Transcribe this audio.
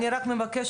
אני רק מבקשת,